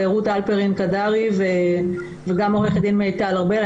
רות הלפרין קדרי וגם עורכת דין מיטל ארבל.